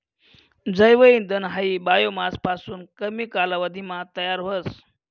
जैव इंधन हायी बायोमास पासून कमी कालावधीमा तयार व्हस